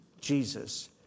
Jesus